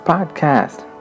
Podcast